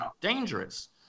dangerous